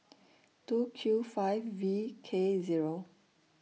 two Q five V K Zero